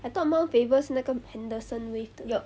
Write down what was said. I thought mount faber 是那个 henderson wave 的